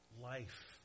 life